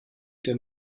der